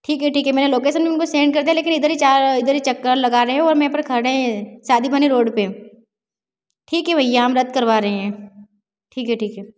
ठीक है ठीक है मैंने लोकेशन उनको सेंड कर दिया लेकिन इधर ही चा इधर ही चक्कर लगा रहें और मैं यहाँ पर खड़े हैं सादुखाने रोड पर ठीक है भैया हम रद्द करवा रहे हैं ठीक है ठीक है